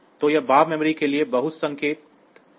तो यह बाह्य मेमोरी के लिए बहुसंकेतन है